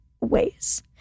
ways